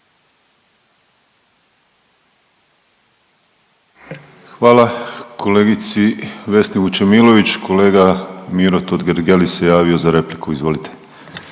Hvala kolegici Vesni Vučemilović. Kolega Miro Totgergeli se javio za repliku. Izvolite.